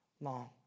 long